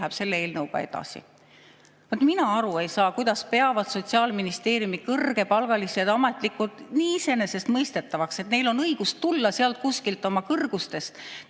läheb selle eelnõuga edasi. Mina ei saa aru, kuidas peavad Sotsiaalministeeriumi kõrgepalgalised ametnikud nii iseenesestmõistetavaks, et neil on õigus tulla sealt kuskilt kõrgustest